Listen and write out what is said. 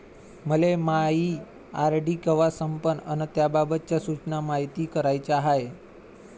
मले मायी आर.डी कवा संपन अन त्याबाबतच्या सूचना मायती कराच्या हाय